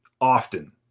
often